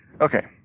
Okay